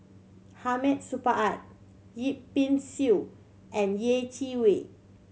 Hamid Supaat Yip Pin Xiu and Yeh Chi Wei